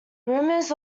rumours